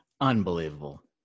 Unbelievable